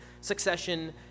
Succession